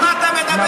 על מה אתה מדבר?